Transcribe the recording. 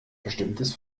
bestimmtes